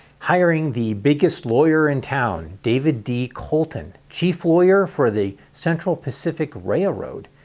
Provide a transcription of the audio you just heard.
hiring the biggest lawyer in town david d. colton, chief lawyer for the central pacific railroad,